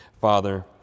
Father